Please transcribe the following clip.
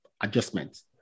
adjustments